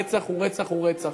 רצח הוא רצח הוא רצח.